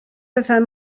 pethau